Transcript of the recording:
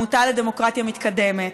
לעמותה לדמוקרטיה מתקדמת,